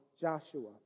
Joshua